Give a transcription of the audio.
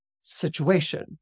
situation